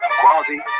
Quality